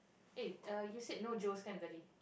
eh you said no Joe's kan tadi